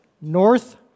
North